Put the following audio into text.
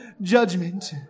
judgment